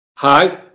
Hi